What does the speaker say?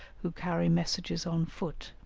who carry messages on foot